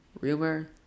rumor